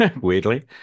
weirdly